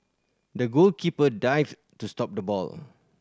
the goalkeeper dived to stop the ball